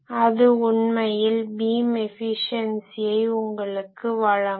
அது உண்மையில் பீம் எஃபிஸியன்சியை உங்களுக்கு வழங்கும்